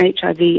HIV